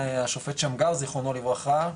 השופט שמגר זכרונו לברכה,